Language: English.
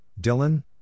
Dylan